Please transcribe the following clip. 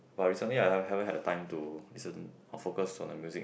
but recently I haven~ haven't had the time to listen or focus on the music